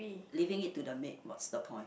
leaving it to the maid what's the point